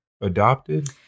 adopted